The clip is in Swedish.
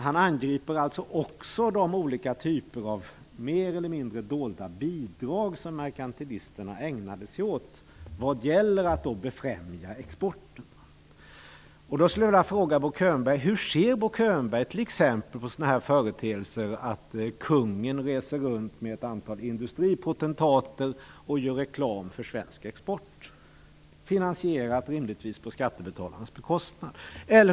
Han angriper alltså också de olika typer av mer eller mindre dolda bidrag som merkantilisterna tillämpade för att befrämja exporten. Könberg på t.ex. sådana företeelser som att kungen reser runt med ett antal industripotentater och gör reklam för svensk export, rimligtvis på skattebetalarnas bekostnad?